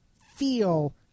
feel